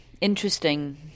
Interesting